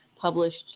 published